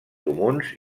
comuns